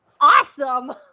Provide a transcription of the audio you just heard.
awesome